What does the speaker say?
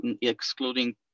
excluding